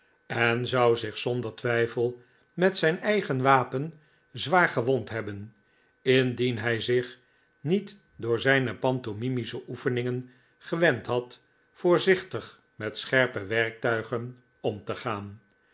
en zou zich zonder twijfel met zijn eigen wapen zwaar gewond hebben indien hij zich niet door zijne pantomimische oefeningen gewend had voorzichtig met scherpe werktuigen om te gaan